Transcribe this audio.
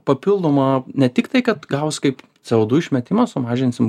papildomą ne tik tai kad gaus kaip c o du išmetimą sumažinsim